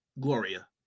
gloria